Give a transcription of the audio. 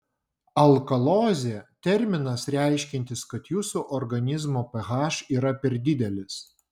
alkalozė terminas reiškiantis kad jūsų organizmo ph yra per didelis